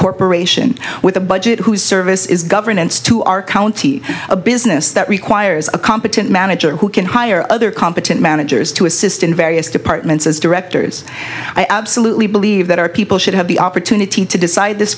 corporation with a budget whose service is governance to our county a business that requires a competent manager who can hire other competent managers to assist in various departments as directors i absolutely believe that our people should have the opportunity to decide this